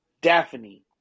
Daphne